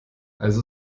also